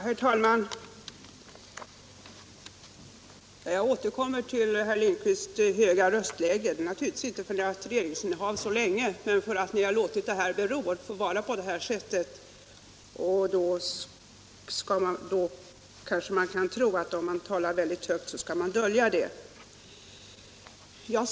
Herr talman! Jag återkommer till herr Lindkvists höga röstläge. Det beror naturligtvis inte på socialdemokraternas långa regeringsinnehav utan på att ni låtit denna fråga bero. Då kanske man tror att om man talar väldigt högt kan man dölja detta faktum.